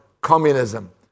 communism